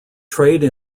trade